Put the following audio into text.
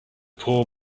poor